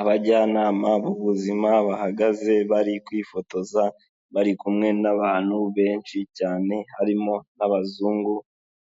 Abajyanama b'ubuzima bahagaze bari kwifotoza, bari kumwe n'abantu benshi cyane harimo abazungu,